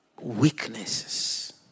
weaknesses